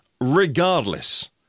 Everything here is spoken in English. regardless